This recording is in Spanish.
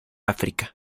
áfrica